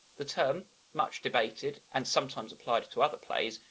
the term, much debated and sometimes applied to other plays,